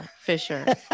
Fisher